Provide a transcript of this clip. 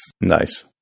Nice